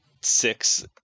Six